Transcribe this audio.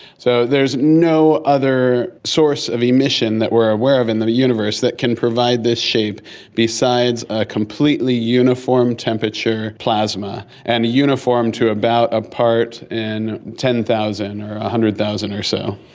so there's no other source of emission that we are aware of in the universe that can provide this shape besides a completely uniform temperature plasma, and uniform to about a part in ten thousand or hundred thousand or so.